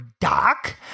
Doc